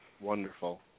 wonderful